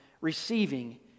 receiving